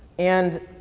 and